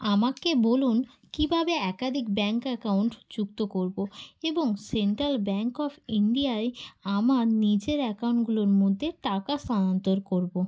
আমাকে বলুন কীভাবে একাধিক ব্যাঙ্ক অ্যাকাউন্ট যুক্ত করবো এবং সেন্ট্রাল ব্যাঙ্ক অফ ইণ্ডিয়ায় আমার নিজের অ্যাকাউন্টগুলোর মধ্যে টাকা স্থানান্তর করবো